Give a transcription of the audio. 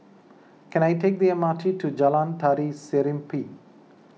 can I take the M R T to Jalan Tari Serimpi